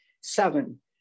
Seven